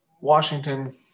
Washington